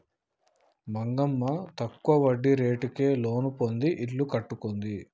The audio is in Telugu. మంగమ్మ తక్కువ వడ్డీ రేటుకే లోను పొంది ఇల్లు కట్టుకుంది